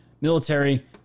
military